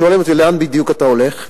שואלים אותי: לאן בדיוק אתה הולך,